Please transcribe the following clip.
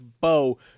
Bow